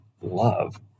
love